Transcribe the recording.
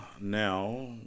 now